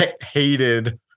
hated